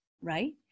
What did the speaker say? right